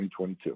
2022